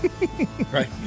right